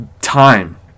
time